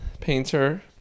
painter